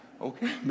Okay